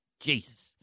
Jesus